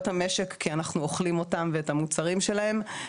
המשק כי אנחנו אוכלים אותן ואת המוצרים שלהן.